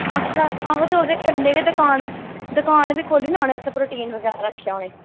आक्खदे ओह्दे कन्नै गै दुकान दुकान बी खोल्ली उ'नें प्रोटीन बगैरा रक्खेआ उ'नें